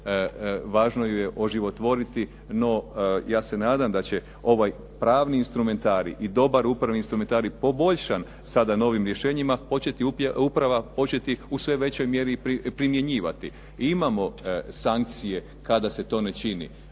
Važno ju je oživotvoriti, no ja se nadam da će ovaj pravni instrumentarij i dobar upravni instrumentarij, poboljšan sada novim rješenjima, početi u sve većoj mjeri primjenjivati. I imamo sankcije kada se to ne čini.